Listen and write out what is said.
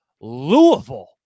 Louisville